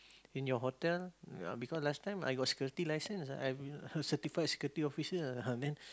in your hotel uh because last time I got security license I certified security officer ah then